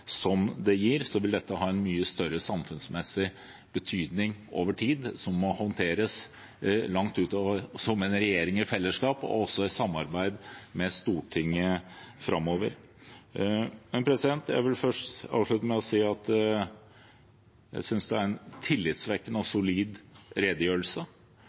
som dette gir, vil dette ha en mye større samfunnsmessig betydning over tid, som må håndteres av regjeringen i fellesskap og også i samarbeid med Stortinget framover. Jeg vil avslutte med å si at jeg synes det var en tillitvekkende og solid redegjørelse.